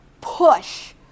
push